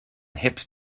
hips